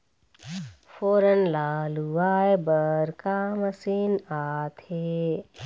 फोरन ला लुआय बर का मशीन आथे?